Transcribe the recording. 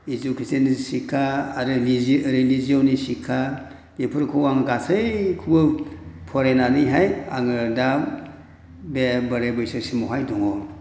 education शिक्षा आरो निजि ओरै निजिअनि शिक्षा बेफोरखौ आं गासैखौबो फरायनानैहाय आङो दा बे बोराय बैसोसिमावहाय दङ